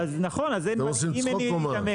אתם עושים צחוק או מה?